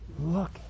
look